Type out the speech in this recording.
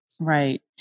Right